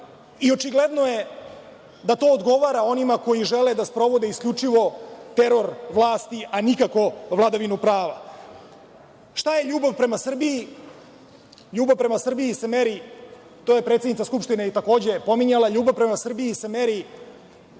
Očigledno je da to odgovara onima koji žele da sprovode isključivo teror vlasti, a nikako vladavinu prava. Šta je ljubav prema Srbiji? LJubav prema Srbiji se meri, to je predsednica Skupštine takođe pominjala, ljubav prema Srbiji se meri